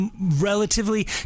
relatively